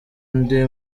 ndi